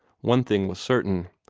one thing was certain.